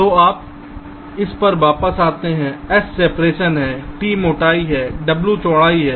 तो आप इस पर वापस आते हैं s सिपरेशन है t मोटाई है और w चौड़ाई है